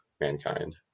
mankind